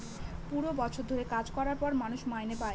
পুরো বছর ধরে কাজ করার পর মানুষ মাইনে পাই